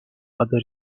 other